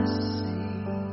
see